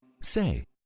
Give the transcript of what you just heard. Say